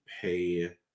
pay